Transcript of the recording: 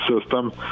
system